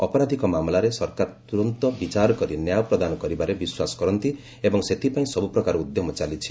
ଅପରାଧିକ ମାମଲାରେ ସରକାର ତୂରନ୍ତ ବିଚାର କରି ନ୍ୟାୟ ପ୍ରଦାନ କରିବାରେ ବିଶ୍ୱାସ କରନ୍ତି ଏବଂ ସେଥିପାଇଁ ସବୁପ୍ରକାର ଉଦ୍ୟମ ଚାଲିଛି